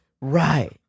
Right